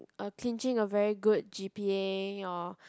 uh clinching a very good G_P_A or